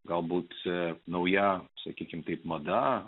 galbūt su nauja sakykime taip mada